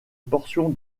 portion